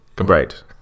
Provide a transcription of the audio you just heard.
Right